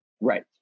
Right